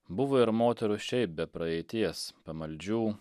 buvo ir moterų šiaip be praeities pamaldžių